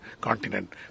continent